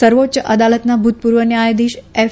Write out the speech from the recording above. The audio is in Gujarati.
સર્વોચ્ય અદાલતના ભુતપુર્વ ન્યાયાધિશ એફ